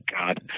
god